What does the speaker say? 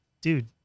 dude